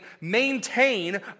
maintain